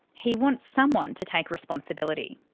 he wants someone to take responsibility.